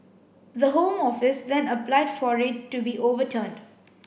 the Home Office then applied for it to be overturned